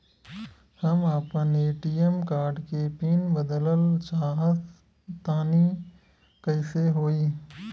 हम आपन ATM card के पीन बदलल चाहऽ तनि कइसे होई?